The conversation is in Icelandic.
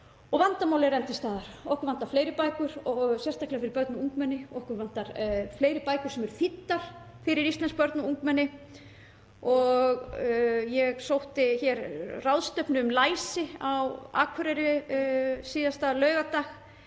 vandamálið er enn til staðar og okkur vantar fleiri bækur og sérstaklega fyrir börn og ungmenni og okkur vantar fleiri bækur sem eru þýddar fyrir íslensk börn og ungmenni. Ég sótti ráðstefnu um læsi á Akureyri síðasta laugardag